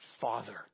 Father